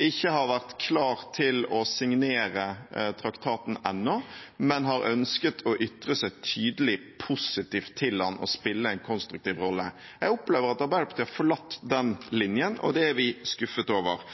ikke har vært klar til å signere traktaten ennå, men har ønsket å ytre seg tydelig positivt til den og spille en konstruktiv rolle. Jeg opplever at Arbeiderpartiet har forlatt den linjen, og det er vi skuffet over.